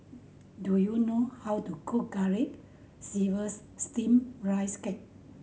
do you know how to cook Garlic Chives Steamed Rice Cake